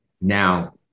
Now